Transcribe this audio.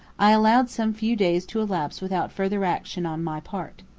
i allowed some few days to elapse without further action on my part.